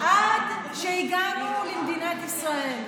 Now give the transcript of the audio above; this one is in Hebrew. עד שהגענו למדינת ישראל.